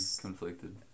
conflicted